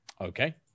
okay